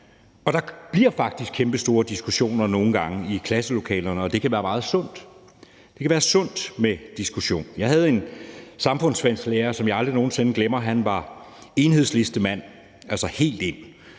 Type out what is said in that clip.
Der bliver faktisk nogle gange kæmpestore diskussioner i klasselokalerne, og det kan være meget sundt. Det kan være sundt med diskussion. Jeg havde en samfundsfagslærer, som jeg aldrig nogen sinde glemmer. Han var Enhedslistemand, altså helt